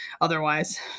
otherwise